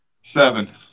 Seven